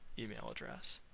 email address.